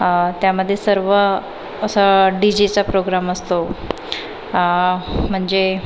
त्यामधे सर्व असा डी जेचा प्रोग्राम असतो म्हणजे